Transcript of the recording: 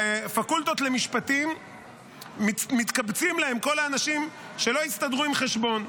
בפקולטות למשפטים מתקבצים להם כל האנשים שלא הסתדרו עם חשבון.